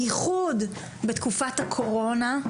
בייחוד בתקופת הקורונה,